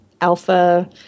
alpha